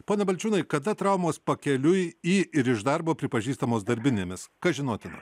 pone balčiūnai kada traumos pakeliui į ir iš darbo pripažįstamos darbinėmis kas žinotina